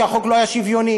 שהחוק לא היה שוויוני.